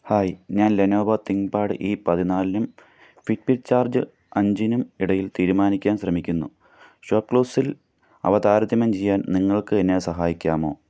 hi ഞാൻ Lenovo ThinkPad E പതിനാലിനും Fitbit charge അഞ്ചിനും ഇടയിൽ തീരുമാനിക്കാൻ ശ്രമിക്കുന്നു ഷോപ്പ്ക്ലൂസിൽ അവ താരതമ്യം ചെയ്യാൻ നിങ്ങൾക്ക് എന്നെ സഹായിക്കാമോ